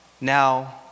now